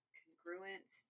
congruence